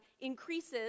increases